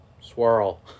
Swirl